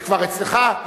זה כבר נמצא אצלי.